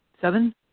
seven